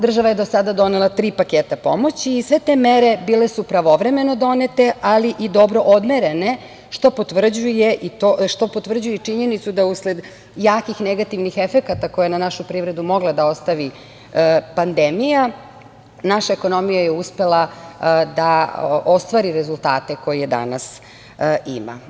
Država je do sada donela tri paketa pomoći i sve te mere bile su pravovremeno donete, ali i odmerene, što potvrđuje i činjenicu da usled jakih negativnih efekata koje je na našu privredu mogla da ostavi pandemija, naša ekonomija je uspela da ostvari rezultate koje danas ima.